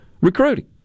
recruiting